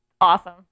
Awesome